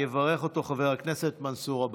יברך אותו חבר הכנסת מנסור עבאס.